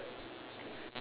ya it's right